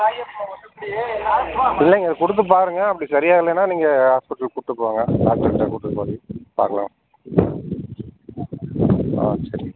இல்லைங்க கொடுத்து பாருங்க அப்படி சரியாக இல்லைன்னா நீங்கள் ஹாஸ்பிட்டலுக்கு கூட்டு போங்க டாக்டர்கிட்ட கூட்டு போங்க பார்க்கலாம் ஆ சரி